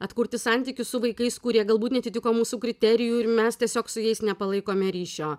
atkurti santykius su vaikais kurie galbūt neatitiko mūsų kriterijų ir mes tiesiog su jais nepalaikome ryšio